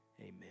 Amen